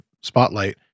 spotlight